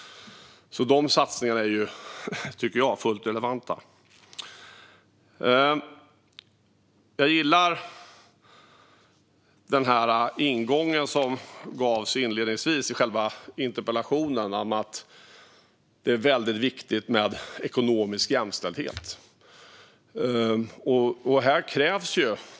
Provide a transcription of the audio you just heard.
Dessa satsningar tycker jag är fullt relevanta. Jag gillar den ingång som gavs inledningsvis i själva interpellationen om att det är väldigt viktigt med ekonomisk jämställdhet.